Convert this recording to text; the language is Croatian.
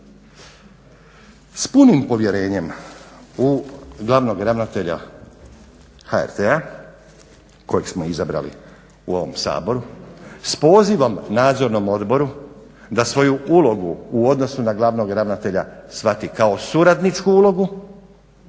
S punim povjerenjem u glavnog ravnatelja HRT-a kojeg smo izabrali u ovom Saboru s pozivom Nadzornom odboru da svoju ulogu u odnosu na glavnog ravnatelja shvati kao suradničku ulogu,